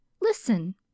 Listen